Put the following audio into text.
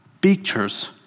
pictures